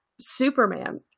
Superman